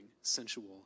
sensual